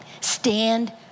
Stand